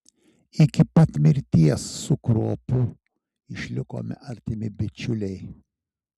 iki pat mirties su kruopu išlikome artimi bičiuliai